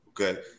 okay